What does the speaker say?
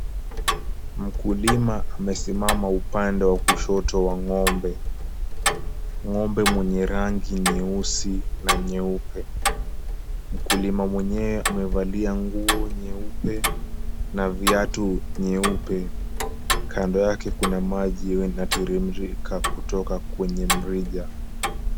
Mkulima amesimama upande wa kushoto wa ng'ombe. Ng'ombe mwenye rangi nyeusi na nyeupe. Mkulima mwenyewe amevalia nguo nyeupe na viatu vyeupe. Kando yake kuna maji inatiririka kutoka kwenye mrija.